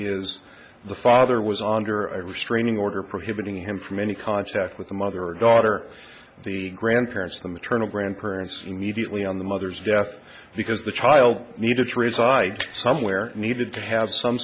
is the father was on her a restraining order prohibiting him from any contact with the mother and daughter the grandparents the maternal grandparents immediately on the mother's death because the child needed to reside somewhere needed to have some